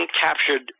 captured